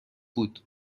بود